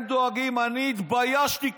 הם דואגים, אני התביישתי כיהודי.